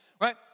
Right